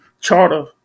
charter